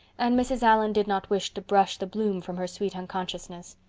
and mrs. allan did not wish to brush the bloom from her sweet unconsciousness.